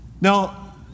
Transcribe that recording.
Now